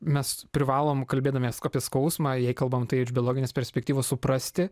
mes privalom kalbėdamies apie skausmą jei kalbam tai iš biologinės perspektyvos suprasti